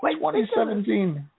2017